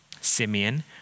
Simeon